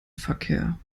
verkehr